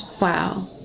Wow